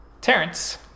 Terrence